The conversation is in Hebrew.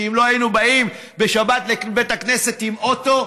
כי אם לא היינו באים בשבת לבית הכנסת עם אוטו,